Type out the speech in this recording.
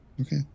Okay